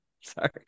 sorry